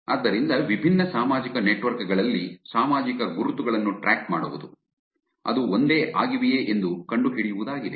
ಆದ್ದರಿಂದ ವಿಭಿನ್ನ ಸಾಮಾಜಿಕ ನೆಟ್ವರ್ಕ್ ಗಳಲ್ಲಿ ಸಾಮಾಜಿಕ ಗುರುತುಗಳನ್ನು ಟ್ರ್ಯಾಕ್ ಮಾಡುವುದು ಅದು ಒಂದೇ ಆಗಿವೆಯೇ ಎಂದು ಕಂಡುಹಿಡಿಯುವುದಾಗಿದೆ